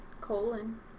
Colon